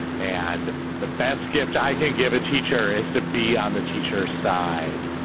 and the best gift i can give a teacher is to be on the teacher's side.